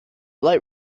light